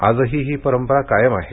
आजही ही परंपरा कायम आहे